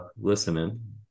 listening